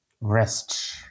Rest